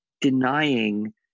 denying